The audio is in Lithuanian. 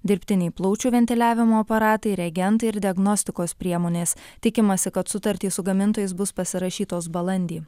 dirbtiniai plaučių ventiliavimo aparatai reagentai ir diagnostikos priemonės tikimasi kad sutartys su gamintojais bus pasirašytos balandį